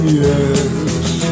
yes